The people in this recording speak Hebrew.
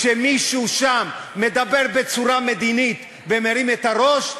כשמישהו שם מדבר בצורה מדינית ומרים את הראש,